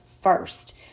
first